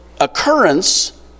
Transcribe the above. occurrence